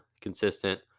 consistent